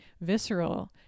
visceral